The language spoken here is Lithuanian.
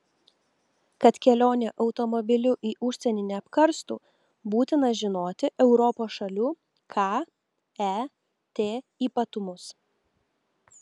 kad kelionė automobiliu į užsienį neapkarstų būtina žinoti europos šalių ket ypatumus